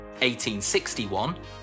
1861